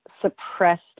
suppressed